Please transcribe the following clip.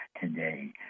today